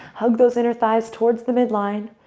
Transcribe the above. hug those inner thighs towards the midline,